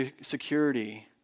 security